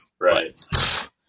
Right